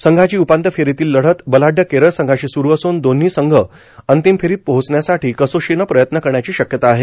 संघाची उपांत्य फेरीतील लढत बलाढ़य केरळ संघाशी सुरू असुन दोन्ही संघ अंतिम फेरीत पोहोचण्यासाठी कसोशीनं प्रयत्न करण्याची शक्यता आहे